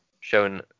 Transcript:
shown